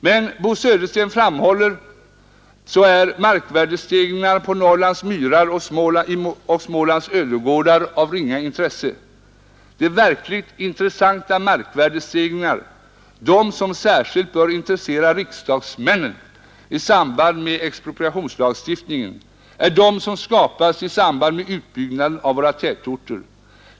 Men, som Bo Södersten framhåller, så ”är markvärdesförändringarna på Norrlands myrar och Smålands ödegårdar av ringa intresse. De verkligt intressanta markvärdestegringarna, de som särskilt bör intressera riksdagsmännen i samband med expropriationslagstiftningen, är de som skapas i samband med utbyggnaden av våra tätorter.